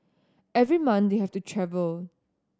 every month they have to travel